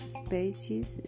species